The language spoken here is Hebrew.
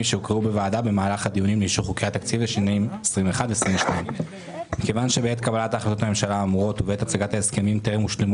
שהוקראו בוועדה במהלך הדיונים לאישור חוקי התקציב לשנים 2022-2021. מכיוון שבעת קבלת החלטת הממשלה ובעת הצגת ההסכמים טרם הושלמו